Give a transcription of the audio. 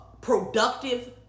productive